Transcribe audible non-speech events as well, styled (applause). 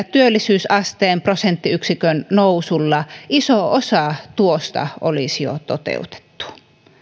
(unintelligible) työllisyysasteen yhden prosenttiyksikön nousulla iso osa tuosta olisi jo toteutettu